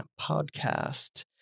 podcast